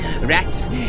Rats